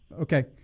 okay